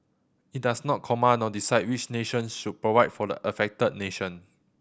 it does not command or decide which nations should provide for the affected nation